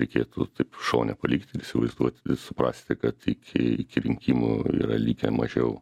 reikėtų taip šone palikti įsivaizduot suprasti kad iki rinkimų yra likę mažiau